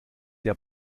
der